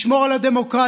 לשמור על הדמוקרטיה.